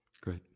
Great